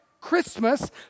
Christmas